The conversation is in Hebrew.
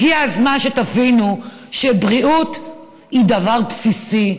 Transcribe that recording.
הגיע הזמן שתבינו שבריאות היא דבר בסיסי,